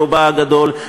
ברובה הגדול,